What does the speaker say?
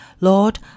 Lord